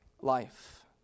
life